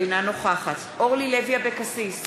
אינה נוכחת אורלי לוי אבקסיס,